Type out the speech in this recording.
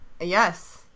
Yes